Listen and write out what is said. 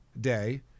Day